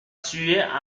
tuer